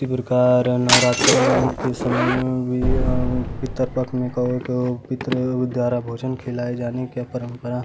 उसी प्रकार नवरात्रे के समय में भी पितृपक्ष में कौए को पितृ द्वारा भोजन खिलाए जाने की परम्परा